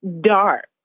dark